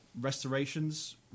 restorations